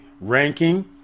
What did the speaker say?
Ranking